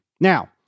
now